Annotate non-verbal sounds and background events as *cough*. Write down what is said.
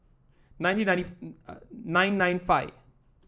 nineteen ninety *unintelligible* nine nine five